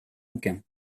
aucun